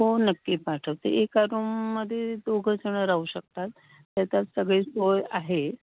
हो नक्की पाठवते एका रूममध्ये दोघं जणं राहू शकतात त्याच्यात सगळे सोय आहे